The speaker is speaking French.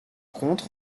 contre